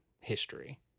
history